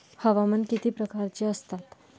हवामान किती प्रकारचे असतात?